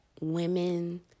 women